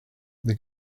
they